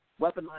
Weaponized